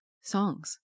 songs